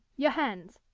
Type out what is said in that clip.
your hands.